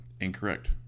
Incorrect